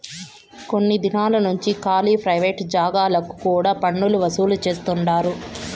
కొన్ని దినాలు నుంచి కాలీ ప్రైవేట్ జాగాలకు కూడా పన్నులు వసూలు చేస్తండారు